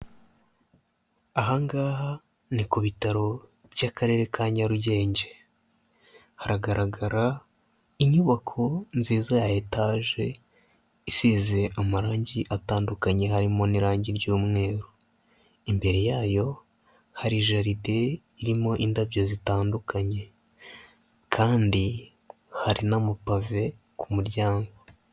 Aha ngaha ni ku bitaro by'akarere ka Nyarugenge, haragaragara inyubako nziza ya etaje isize amarangi atandukanye harimo n'irangi ry'umweru, imbere yayo hari jaride irimo indabyo zitandukanye kandi hari n'amapave ku muryango.